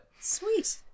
Sweet